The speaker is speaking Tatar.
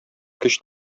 көч